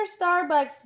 Starbucks